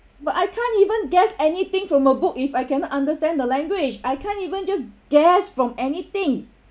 but I can't even guess anything from a book if I cannot understand the language I can't even just guess from anything